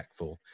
impactful